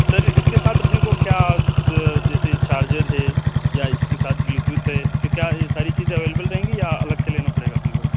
سر اس کے ساتھ اپنے کو کیا جیسے چارجر ہے یا اس کے ساتھ بلیوٹوتھ ہے تو کیا یہ ساری چیزیں اویلیبل رہیں گی یا الگ سے لینا پڑے گا اپنے کو یہ